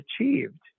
achieved